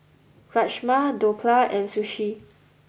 Rajma Dhokla and Sushi